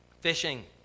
fishing